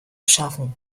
schaffen